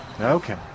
Okay